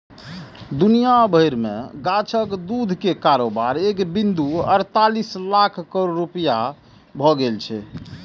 दुनिया भरि मे गाछक दूध के कारोबार एक बिंदु अड़तालीस लाख करोड़ रुपैया भए गेल छै